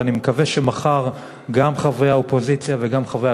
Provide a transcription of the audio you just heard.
ואני מקווה שמחר גם חברי האופוזיציה וגם חברי